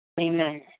Amen